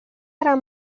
gran